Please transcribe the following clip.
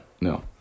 no